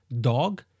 dog